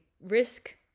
risk